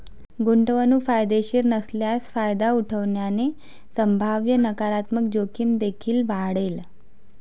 गुंतवणूक फायदेशीर नसल्यास फायदा उठवल्याने संभाव्य नकारात्मक जोखीम देखील वाढेल